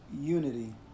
unity